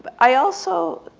but i also